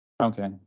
Okay